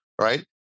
right